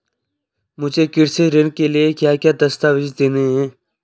मुझे कृषि ऋण के लिए क्या क्या दस्तावेज़ देने हैं?